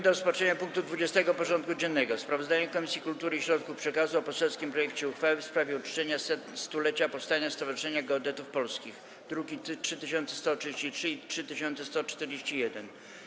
do rozpatrzenia punktu 20. porządku dziennego: Sprawozdanie Komisji Kultury i Środków Przekazu o poselskim projekcie uchwały w sprawie uczczenia 100-lecia powstania Stowarzyszenia Geodetów Polskich (druki nr 3133 i 3141)